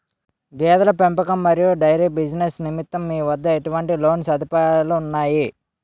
గేదెల పెంపకం మరియు డైరీ బిజినెస్ నిమిత్తం మీ వద్ద ఎటువంటి లోన్ సదుపాయాలు ఉన్నాయి?